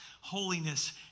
Holiness